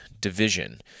division